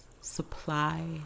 supply